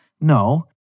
No